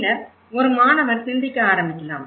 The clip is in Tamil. பின்னர் ஒரு மாணவர் சிந்திக்க ஆரம்பிக்கலாம்